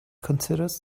considers